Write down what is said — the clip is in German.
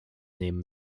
nehmen